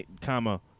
comma